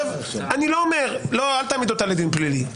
אל תעמיד אותה לדין פלילי,